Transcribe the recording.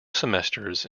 semesters